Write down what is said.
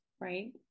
right